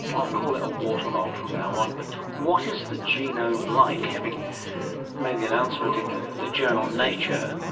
i'll call it a water mould from now on. but what is the genome like? having made the announcement in the journal nature,